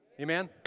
Amen